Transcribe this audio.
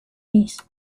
ließ